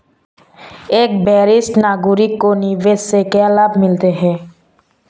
एक वरिष्ठ नागरिक को निवेश से क्या लाभ मिलते हैं?